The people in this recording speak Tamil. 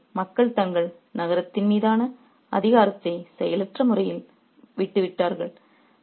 சண்டை இல்லை மக்கள் தங்கள் நகரத்தின் மீதான அதிகாரத்தை செயலற்ற முறையில் விட்டுவிட்டார்கள்